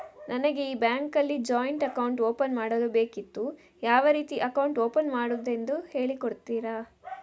ನನಗೆ ಈ ಬ್ಯಾಂಕ್ ಅಲ್ಲಿ ಜಾಯಿಂಟ್ ಅಕೌಂಟ್ ಓಪನ್ ಮಾಡಲು ಬೇಕಿತ್ತು, ಯಾವ ರೀತಿ ಅಕೌಂಟ್ ಓಪನ್ ಮಾಡುದೆಂದು ಹೇಳಿ ಕೊಡುತ್ತೀರಾ?